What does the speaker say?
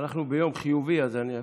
אנחנו ביום חיובי אז אני אאפשר.